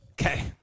Okay